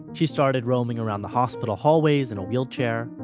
she started roaming around the hospital hallways in a wheelchair.